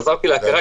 חזרתי להכרה,